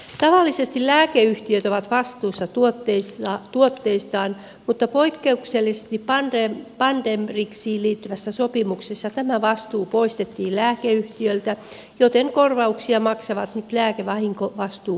tavallisesti lääkeyhtiöt ovat vastuussa tuotteistaan mutta poikkeuksellisesti pandemrixiin liittyvässä sopimuksessa tämä vastuu poistettiin lääkeyhtiöltä joten korvauksia maksavat nyt lääkevahinkovakuutuspooli ja valtio